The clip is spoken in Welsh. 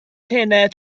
tenau